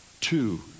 Two